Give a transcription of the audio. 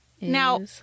Now